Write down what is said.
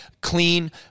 clean